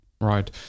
Right